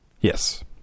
Yes